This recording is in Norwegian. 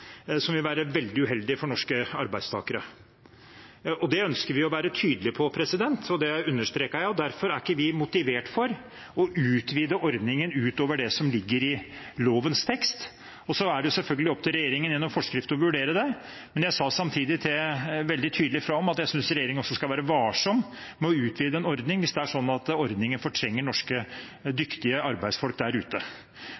som vil være veldig uheldige for norske arbeidstakere. Det ønsker vi å være tydelige på, og det understreket jeg, og derfor er vi ikke motivert for å utvide ordningen utover det som ligger i lovens tekst. Det er selvfølgelig opp til regjeringen gjennom forskrift å vurdere det, men jeg sa samtidig veldig tydelig fra om at jeg synes regjeringen skal være varsom med å utvide en ordning hvis det er sånn at ordningen fortrenger norske,